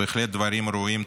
בהחלט דברים ראויים.